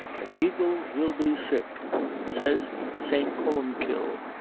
an eagle will be sick says st. columbkill,